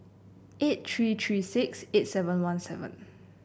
eight three three six eight seven one seven